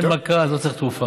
אין מכה, אז לא צריך תרופה.